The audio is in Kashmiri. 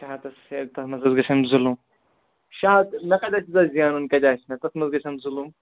شیےٚ ہَتھ ہیٚکہِ تَتھ منٛز حظ گژھن ظُلُم شےٚ ہَتھ مےٚ کَتہِ آسہِ زینُن کَتہِ آسہِ مےٚ تَتھ منٛز گژھن ظُلُم